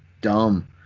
dumb